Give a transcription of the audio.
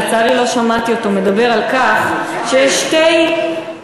לצערי לא שמעתי אותו מדבר על כך שיש שתי,